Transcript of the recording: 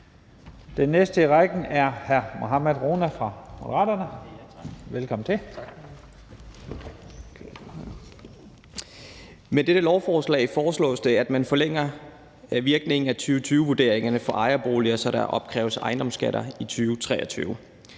Den næste i rækken er hr. Mohammad Rona fra Moderaterne. Velkommen til. Kl. 11:08 (Ordfører) Mohammad Rona (M): Tak. Med dette lovforslag foreslås det, at man forlænger virkningen af 2020-vurderingerne for ejerboliger, så der opkræves ejendomsskatter i 2023.